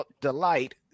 Delight